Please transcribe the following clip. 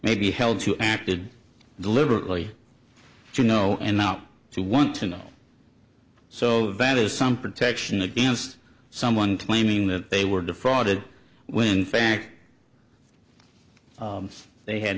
may be held to acted deliberately you know and not to want to know so that is some protection against someone claiming that they were defrauded when fact they had